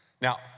Now